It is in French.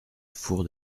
four